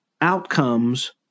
outcomes